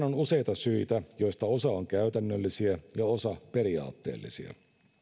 on useita syitä joista osa on käytännöllisiä ja osa periaatteellisia